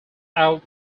out